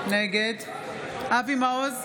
נגד אבי מעוז,